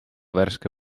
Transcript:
värske